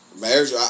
marriage